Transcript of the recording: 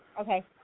Okay